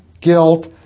guilt